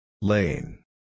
Lane